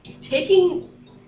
taking